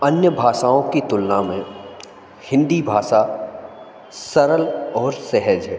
अन्य भाषाओं की तुलना में हिन्दी भाषा सरल और सहज है